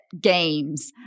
games